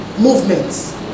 movements